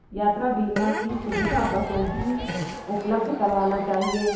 यात्रा बीमा की सुविधा बसों भी उपलब्ध करवाना चहिये